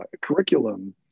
curriculum